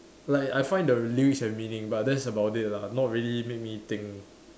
like I find the lyrics have meaning but that's about it lah not really make me think